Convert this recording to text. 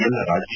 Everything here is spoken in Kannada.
ಎಲ್ಲ ರಾಜ್ಯ